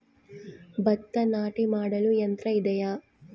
ಭತ್ತ ನಾಟಿ ಮಾಡಲು ಯಂತ್ರ ಇದೆಯೇ?